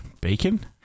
bacon